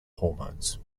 hormones